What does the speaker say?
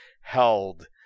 held